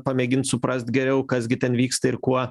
pamėgint suprast geriau kas gi ten vyksta ir kuo